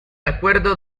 acuerdo